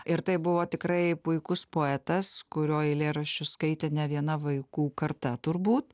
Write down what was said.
ir tai buvo tikrai puikus poetas kurio eilėraščius skaitė ne viena vaikų karta turbūt